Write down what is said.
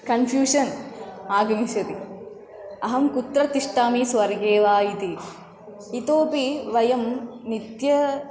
confusion आगमिष्यति अहं कुत्र तिष्ठामि स्वर्गे वा इति इतोऽपि वयं नित्यं